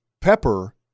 pepper